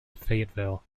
fayetteville